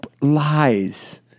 Lies